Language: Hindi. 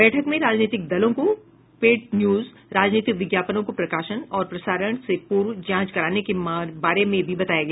बैठक में राजनीतिक दलों को पेड न्यूज राजनीतिक विज्ञापनों को प्रकाशन और प्रसारण से पूर्व जांच कराने के बारे में भी बताया गया